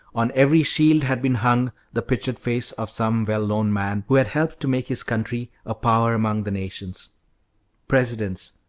on every shield had been hung the pictured face of some well-known man who had helped to make his country a power among the nations presidents,